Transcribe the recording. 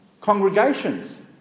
congregations